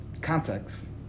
context